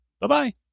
bye-bye